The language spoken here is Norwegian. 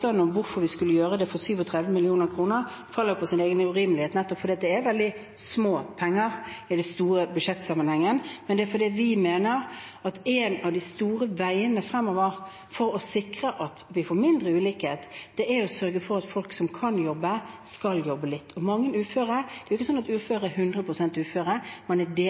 om hvorfor vi skulle gjøre det for 37 mill. kr, faller på sin egen urimelighet nettopp fordi det er veldig lite penger i den store budsjettsammenhengen. Men vi mener at en av de store veiene fremover for å sikre at vi får mindre ulikhet, er å sørge for at folk som kan jobbe, skal jobbe litt. Og mange uføre er jo ikke 100 pst. ufør. Man er delvis ufør og får mulighet til å prøve seg igjen. Hvis man